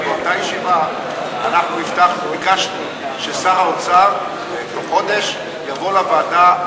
כי באותה ישיבה ביקשנו ששר האוצר בתוך חודש יבוא לוועדה,